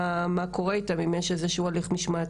מה קורה איתן ואם יש איזה שהוא הליך משמעתי.